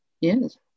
yes